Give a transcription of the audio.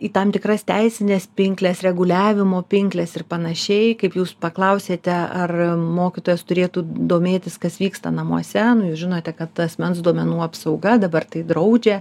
į tam tikras teisines pinkles reguliavimo pinkles ir panašiai kaip jūs paklausėte ar mokytojas turėtų domėtis kas vyksta namuose nu jūs žinote kad asmens duomenų apsauga dabar tai draudžia